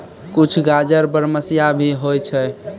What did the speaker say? कुछ गाजर बरमसिया भी होय छै